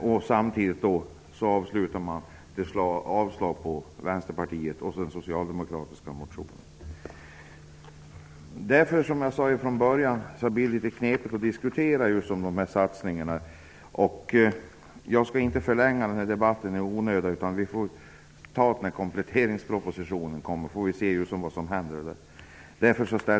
Utskottet avstyrker motionerna från Vänsterpartiet och Som jag sade från början är det litet knepigt att diskutera dessa satsningar. Jag skall inte förlänga debatten i onödan. Vi får ta upp frågan i samband med kompletteringspropositionen. Vi får se vad som händer.